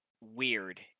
weird